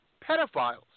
pedophiles